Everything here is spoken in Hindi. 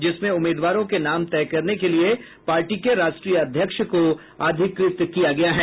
जिसमें उम्मीदवारों के नाम तय करने के लिए पार्टी के राष्ट्रीय अध्यक्ष को अधिकृत किया गया है